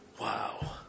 Wow